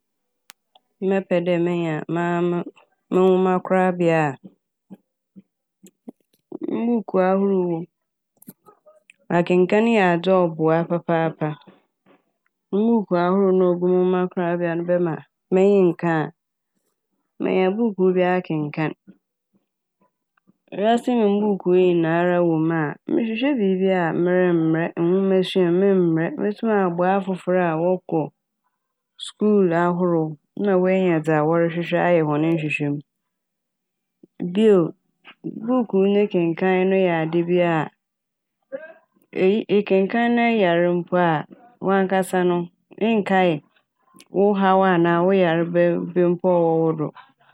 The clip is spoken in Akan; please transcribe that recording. Mɛpɛ dɛ menya maa mo nwoma korabea a mbuukuu ahorow wɔ m'. Akenkaan yɛ adze a ɔboa papaapa, mbuukuu ahorow no a ogu mo nwoma korabea no bɛma m'enyi nka a menya buukuu bi akenkaan. Wiase mu mbuukuu nyinara wɔ mu a mehwehwɛ biibi a, meremmbrɛ, nwomasua meremmbrɛ. Metum aboa afofor a wɔkɔ skuul ahorow na woenya dza wɔhwehwɛ ayɛ hɔn nhwehwɛm'. Bio, buukuu ne nkenkan no yɛ ade bi a eyi- nkenkaan na sɛ eyar mpo a wankasa no nkae wo haw anaa wo yarba b-bi mpo a ɔwɔ wo do.